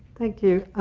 thank you.